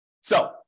so-